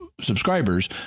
subscribers